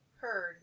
Heard